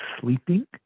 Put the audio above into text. sleeping